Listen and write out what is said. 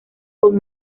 con